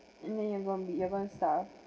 and then you won't be you're going to starve